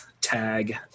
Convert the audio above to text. tag